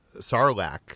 sarlacc